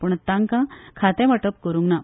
पूण तांकां खातें वांटप करूंक ना